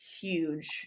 huge